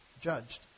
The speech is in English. judged